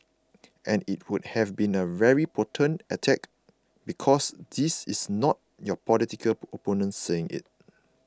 and it would have been a very potent attack because this is not your political opponent saying it